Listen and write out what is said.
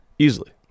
easily